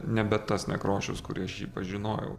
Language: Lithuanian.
nebe tas nekrošius kurį aš jį pažinojau